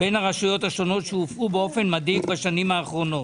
בין הרשויות השונות שהופרו באופן מדאיג בשנים האחרונות.